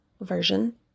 version